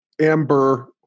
amber